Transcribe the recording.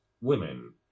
Women